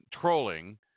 trolling